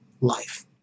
life